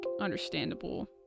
understandable